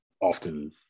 often